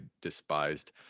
despised